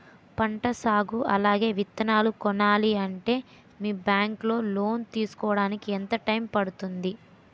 పంట సాగు అలాగే విత్తనాలు కొనాలి అంటే మీ బ్యాంక్ లో లోన్ తీసుకోడానికి ఎంత టైం పడుతుంది?